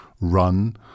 run